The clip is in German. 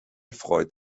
freut